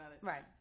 Right